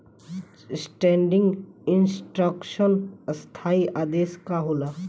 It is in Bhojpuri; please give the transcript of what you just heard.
स्टेंडिंग इंस्ट्रक्शन स्थाई आदेश का होला?